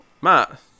Matt